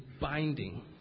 binding